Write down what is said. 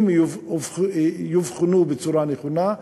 אם יאובחנו בצורה נכונה,